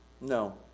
No